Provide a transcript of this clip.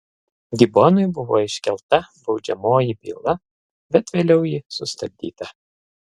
gibonui buvo iškelta baudžiamoji byla bet vėliau ji sustabdyta